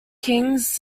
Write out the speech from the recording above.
kings